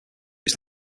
its